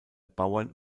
bauern